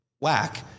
whack